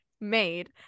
made